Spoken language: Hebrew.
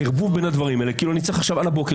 הערבוב בין הדברים האלה זה כאילו שאני צריך על הבוקר